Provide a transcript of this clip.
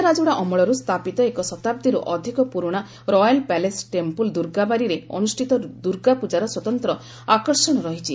ରାଜାରାଜୁଡ଼ା ଅମଳରୁ ସ୍ଥାପିତ ଏକ ଶତାବ୍ଦୀରୁ ଅଧିକ ପୁରୁଣା ରୟାଲ୍ ପ୍ୟାଲେସ୍ ଟେମ୍ପୁଲ୍ ଦୁର୍ଗା ବାରିରେ ଅନୁଷ୍ଠିତ ଦୁର୍ଗାପୂଜାର ସ୍ୱତନ୍ତ୍ର ଆକର୍ଷଣ ରହିଛି